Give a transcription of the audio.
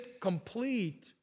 complete